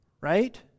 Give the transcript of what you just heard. right